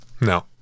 No